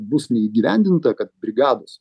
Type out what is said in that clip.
bus neįgyvendinta kad brigados